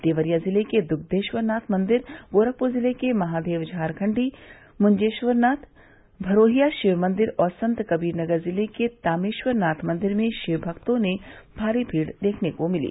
देवरिया जिले के दुधेश्वरनाथ मंदिर गोरखपुर जिले के महादेव झारखण्डी मुंजेश्वरनाथ भरोहिया शिव मंदिर और संत कबीर नगर जिले के तमेश्वरनाथ मंदिर में शिवभक्तो की भारी भीड़ देखने को मिली